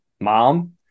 mom